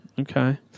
Okay